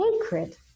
sacred